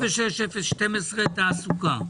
פנייה 36012 תעסוקה.